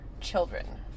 children